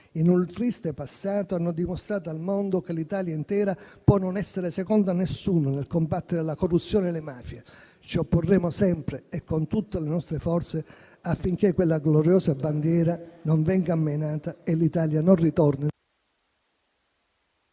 in un triste passato, hanno dimostrato al mondo che l'Italia intera può non essere seconda a nessuno nel combattere la corruzione e le mafie. Ci opporremo sempre e con tutte le nostre forze affinché quella gloriosa bandiera non venga ammainata e l'Italia non ritorni...